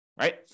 right